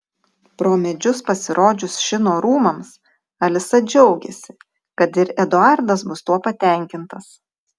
pro medžius pasirodžius šino rūmams alisa džiaugiasi kad ir eduardas bus tuo patenkintas